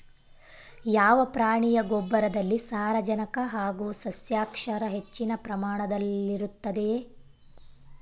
ಯಾವ ಪ್ರಾಣಿಯ ಗೊಬ್ಬರದಲ್ಲಿ ಸಾರಜನಕ ಹಾಗೂ ಸಸ್ಯಕ್ಷಾರ ಹೆಚ್ಚಿನ ಪ್ರಮಾಣದಲ್ಲಿರುತ್ತದೆ?